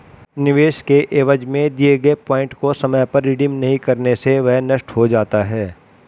निवेश के एवज में दिए गए पॉइंट को समय पर रिडीम नहीं करने से वह नष्ट हो जाता है